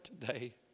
today